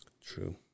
True